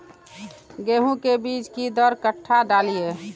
गेंहू के बीज कि दर कट्ठा डालिए?